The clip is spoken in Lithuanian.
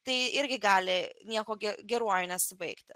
tai irgi gali nieko geruoju nesvaigti